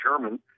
German